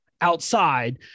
outside